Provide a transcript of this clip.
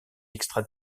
extra